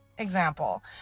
example